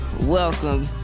welcome